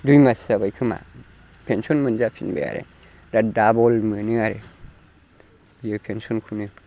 दुइमास जाबाय खोमा पेनसन मोनजाफिनबाय आरो दा डाबल मोनो आरो बेयो पेनसनखौनो